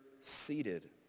seated